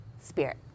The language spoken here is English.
Spirit